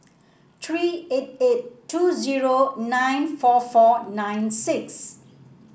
three eight eight two zero nine four four nine six